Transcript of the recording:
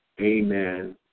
Amen